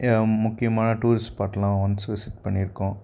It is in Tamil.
முக்கியமான டூரிஸ்ட் ஸ்பாட்லாம் ஒன்ஸு விசிட் பண்ணியிருக்கோம்